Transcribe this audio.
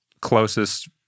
closest